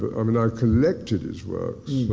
but um and i collected his works